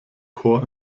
chor